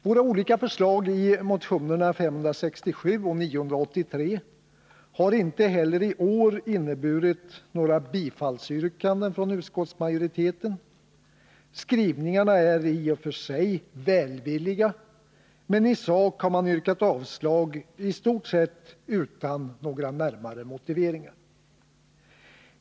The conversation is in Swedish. Våra olika förslag i motionerna 567 och 983 har inte heller i år lett till några bifallsyrkanden från utskottsmajoriteten. Skrivningarna är i och för sig välvilliga, men i sak har utskottet yrkat avslag i stort sett utan närmare motiveringar.